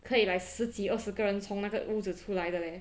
可以 like 十几二十个人从那个屋子出来的 leh